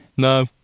No